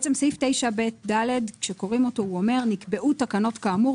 סעיף 9ב(2) אומר: "נקבעו תקנות כאמור,